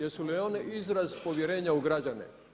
Jesu li one izraz povjerenja u građane?